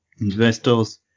investors